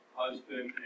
husband